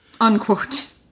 Unquote